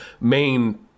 main